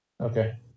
Okay